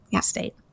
state